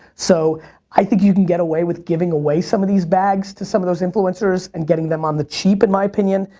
so i think you can get away with giving away some of these bags, to some of those influencers, and getting them on the cheap at my opinion.